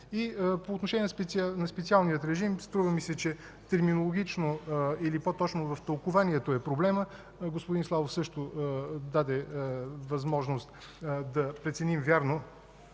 По отношение на специалния режим. Струва ми се, че терминологично, или по-точно в тълкуванието е проблемът. Господин Славов също даде възможност да преценим вярно